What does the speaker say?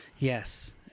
Yes